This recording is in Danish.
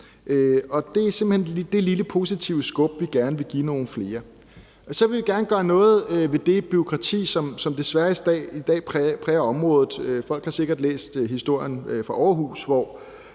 hen det lille positive skub, vi gerne vil give nogle flere. Så vil vi gerne gøre noget ved det bureaukrati, som desværre præger området i dag. Folk har sikkert læst historien fra Aarhus,